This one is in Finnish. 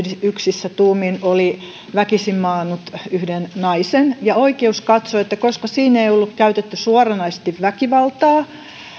yksissä tuumin oli väkisinmaannut yhden naisen ja oikeus katsoi että koska siinä ei ollut käytetty suoranaisesti väkivaltaa